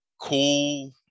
cool